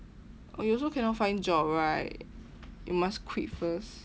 oh you also cannot find job right you must quit first